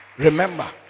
Remember